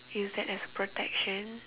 use that as protection